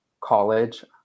college